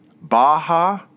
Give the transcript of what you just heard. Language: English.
Baja